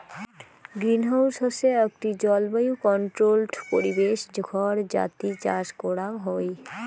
greenhouse হসে আকটি জলবায়ু কন্ট্রোল্ড পরিবেশ ঘর যাতি চাষ করাং হই